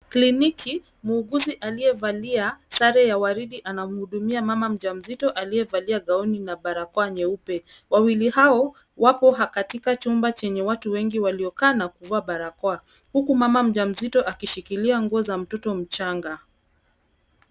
Kliniki, muuguzi aliyevalia sare ya waridi anamhudumia mama mjamzito aliyevalia gauni na barakoa nyeupe. Wawili hao wapo katika chumba chenye watu wengi waliokaa na kuvaa barakoa, huku mama mjamzito akishikilia nguo za mtoto mchanga.